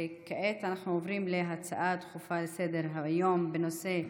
כעת אנחנו עוברים להצעות דחופות לסדר-היום בנושא: